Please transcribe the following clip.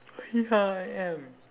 ya I am